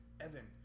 Evan